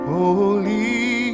Holy